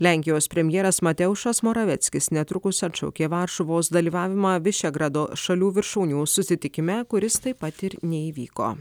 lenkijos premjeras mateušas moraveckis netrukus atšaukė varšuvos dalyvavimą vyšegrado šalių viršūnių susitikime kuris taip pat ir neįvyko